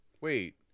wait